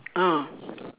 oh